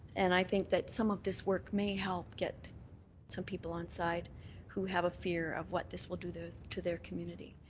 and i think that some of this work may help get some people onside who have a fear of what this will do to their community.